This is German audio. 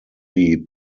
die